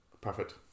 perfect